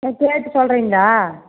ஓ கேட்டு சொல்கிறீங்களா